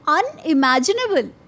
unimaginable